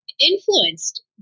influenced